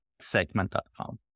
segment.com